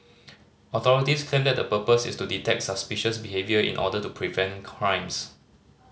authorities claim that the purpose is to detect suspicious behaviour in order to prevent crimes